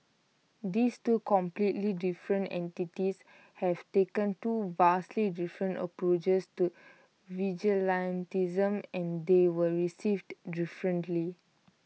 these two completely different entities have taken two vastly different approaches to vigilantism and they were received differently